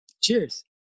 Cheers